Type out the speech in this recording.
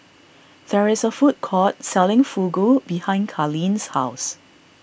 there is a food court selling Fugu behind Carlyn's house